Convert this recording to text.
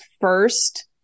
first